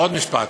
ועוד משפט: